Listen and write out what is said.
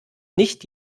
nicht